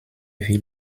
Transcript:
wie